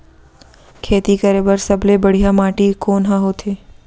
खेती करे बर सबले बढ़िया माटी कोन हा होथे?